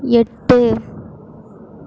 எட்டு